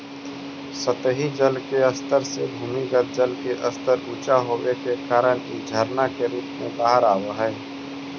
सतही जल के स्तर से भूमिगत जल के स्तर ऊँचा होवे के कारण इ झरना के रूप में बाहर आवऽ हई